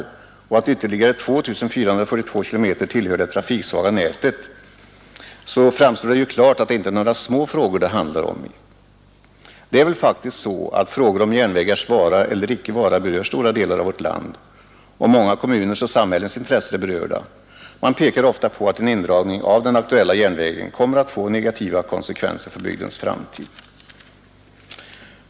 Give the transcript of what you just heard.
Härutöver utgör ytterligare 2 442 km det trafiksvaga nätet. Det är alltså inte några små frågor det handlar om. Det är väl faktiskt så att frågor om järnvägars vara eller icke vara berör stora delar av vårt land. Många kommuners och samhällens intressen är berörda. Man pekar ofta på att en indragning av den aktuella järnvägen kommer att få negativa konsekvenser för bygdens framtid.